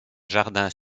jardins